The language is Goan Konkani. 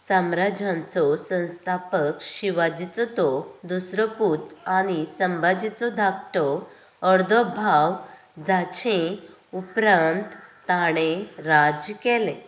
साम्राज्यांचो संस्थापक शिवाजीचो तो दुसरो पूत आनी संभाजीचो धाकटो अर्दो भाव जाचे उपरांत ताणें राज्य केलें